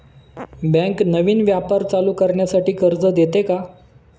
Bank नवीन व्यापार चालू करण्यासाठी कर्ज देते का?